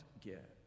get